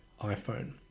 iPhone